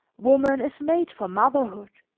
woman is made for motherhood.